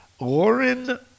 Lauren